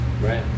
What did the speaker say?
Right